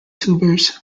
tubers